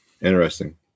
interesting